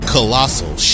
Colossal